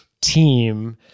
team